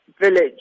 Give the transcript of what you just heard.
village